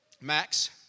Max